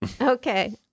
Okay